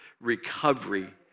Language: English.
recovery